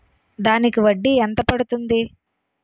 దానికి వడ్డీ ఎంత పడుతుంది?